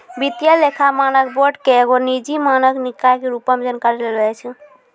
वित्तीय लेखा मानक बोर्ड के एगो निजी मानक निकाय के रुपो मे जानलो जाय छै